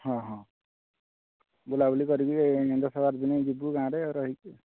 ହଁ ହଁ ବୁଲାବୁଲି କରିକି ଦଶ ବାର ଦିନ ଯିବୁ ଗାଁରେ ରହିକି